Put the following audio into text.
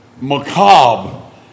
Macabre